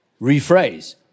Rephrase